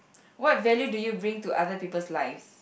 what value do you bring to other people's lives